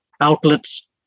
outlets